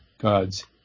god's